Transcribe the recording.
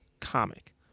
comic